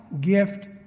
gift